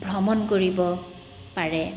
ভ্ৰমণ কৰিব পাৰে